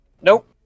Nope